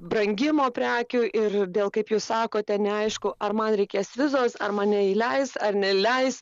brangimo prekių ir dėl kaip jūs sakote neaišku ar man reikės vizos ar mane įleis ar neleis